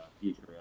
future